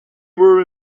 were